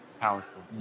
Powerful